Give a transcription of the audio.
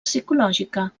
psicològica